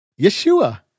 Yeshua